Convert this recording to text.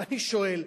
ואני שואל,